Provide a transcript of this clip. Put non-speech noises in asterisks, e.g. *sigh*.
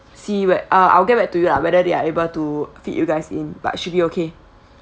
see whet~ uh I'll get back to you lah whether they are able to fit you guys in but should be okay *breath*